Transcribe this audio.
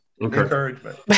encouragement